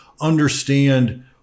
understand